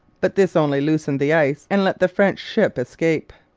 but this only loosened the ice and let the french ship escape.